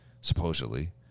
supposedly